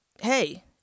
hey